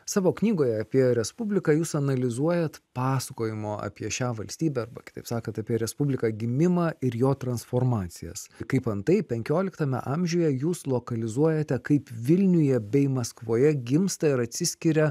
savo knygoje apie respubliką jūs analizuojat pasakojimo apie šią valstybę arba kitaip sakant apie respubliką gimimą ir jo transformacijas kaip antai penkioliktame amžiuje jūs lokalizuojate kaip vilniuje bei maskvoje gimsta ir atsiskiria